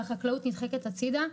והחקלאות נדחקת הצידה,